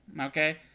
Okay